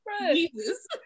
Jesus